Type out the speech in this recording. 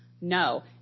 No